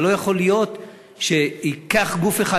אבל לא יכול להיות שגוף אחד,